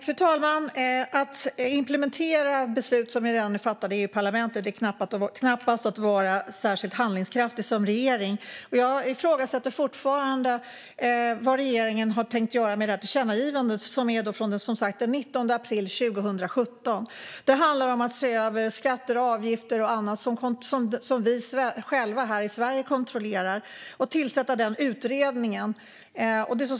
Fru talman! Att implementera beslut som redan är fattade i EU-parlamentet är knappast att vara särskilt handlingskraftig som regering. Jag ifrågasätter fortfarande vad regeringen har tänkt göra med tillkännagivandet från den 19 april 2017. Det handlar om att se över skatter, avgifter och annat som vi själva här i Sverige kontrollerar och om att tillsätta utredningen.